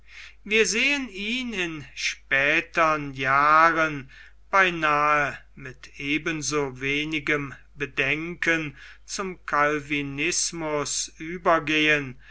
wir sehen ihn in spätern jahren beinahe mit ebenso wenigem bedenken zum calvinismus übergehen